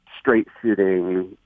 straight-shooting